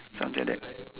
something like that